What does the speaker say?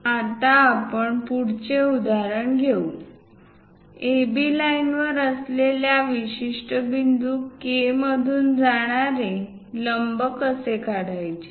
आता आपण पुढचे उदाहरण घेऊ AB लाईन वर असलेल्या विशिष्ट बिंदू K मधून जाणारे लंब कसे काढायचे